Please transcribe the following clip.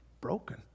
broken